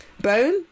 bone